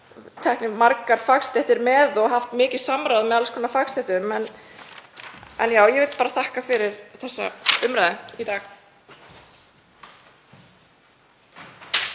það verði teknar margar fagstéttir með og haft mikið samráð við alls konar fagstéttir. — En ég vil bara þakka fyrir þessa umræðu í dag.